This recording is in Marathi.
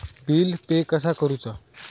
बिल पे कसा करुचा?